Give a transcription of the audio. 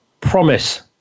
promise